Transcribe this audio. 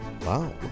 Wow